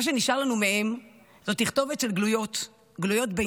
מה שנשאר לנו מהם זה תכתובת של גלויות בינה,